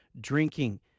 drinking